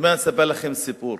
אני אספר לכם סיפור: